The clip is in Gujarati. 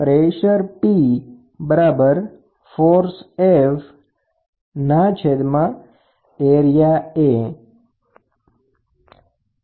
દબાણ એ બીજુ કાંઇ નહી પણ એકમ ક્ષેત્રફળ પર લાગતુ બળ